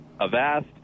Avast